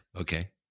okay